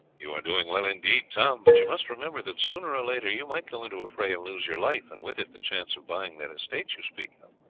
you are doing well indeed, tom, but you must remember that sooner or later you might go into a fray and lose your life, and with it the chance of buying that estate you speak of.